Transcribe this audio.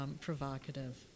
provocative